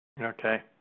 Okay